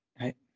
Right